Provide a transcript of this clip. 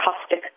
Caustic